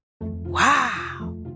Wow